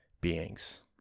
beings